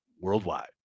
worldwide